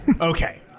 Okay